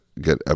get